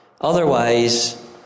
Otherwise